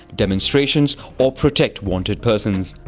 demonstrations or protect wanted persons.